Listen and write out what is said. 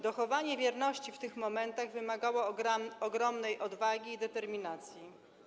Dochowanie wierności w tych momentach wymagało ogromnej odwagi i determinacji.